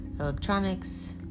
electronics